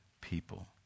people